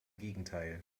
gegenteil